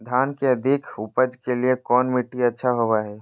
धान के अधिक उपज के लिऐ कौन मट्टी अच्छा होबो है?